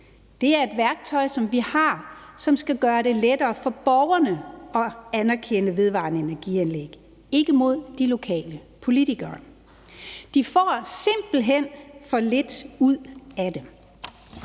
Det er et værktøj, som vi har, og som skal gøre det lettere for borgerne at anerkende vedvarende energianlæg, ikke imod de lokale politikere. De får simpelt hen for lidt ud af det.